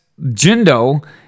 Jindo